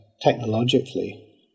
Technologically